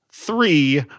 Three